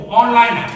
online